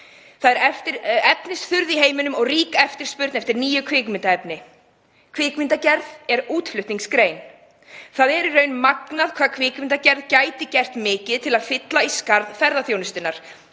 Það er efnisþurrð í heiminum og rík eftirspurn eftir nýju kvikmyndaefni. Kvikmyndagerð er útflutningsgrein. Það er í raun magnað hvað kvikmyndagerð gæti gert mikið til að fylla í skarð ferðaþjónustunnar,